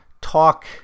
talk